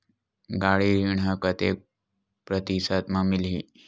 गाड़ी ऋण ह कतेक प्रतिशत म मिलही?